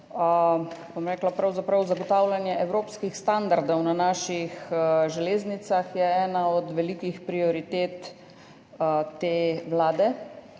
zagotavljanje evropskih standardov na naših železnicah ena od velikih prioritet te vlade.